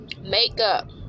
Makeup